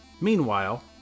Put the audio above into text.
Meanwhile